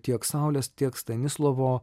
tiek saulės tiek stanislovo